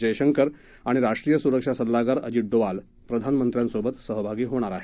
जयशंकर आणि राष्ट्रीय सुरक्षा सल्लागार अजित डोवल प्रधानमंत्र्यांसोबत सहभागी होणार आहेत